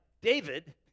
David